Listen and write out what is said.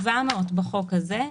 700 מיליון שקל בחוק הזה,